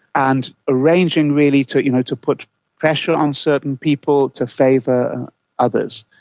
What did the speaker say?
and arranging really to you know to put pressure on certain people, to favour others.